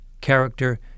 character